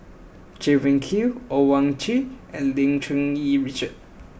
Chay Weng Yew Owyang Chi and Lim Cherng Yih Richard